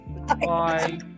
Bye